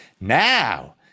now